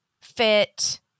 fit